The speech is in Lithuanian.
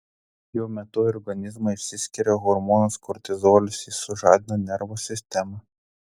jo metu į organizmą išsiskiria hormonas kortizolis jis sužadina nervų sistemą